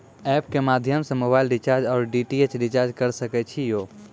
App के माध्यम से मोबाइल रिचार्ज ओर डी.टी.एच रिचार्ज करऽ सके छी यो?